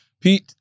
Pete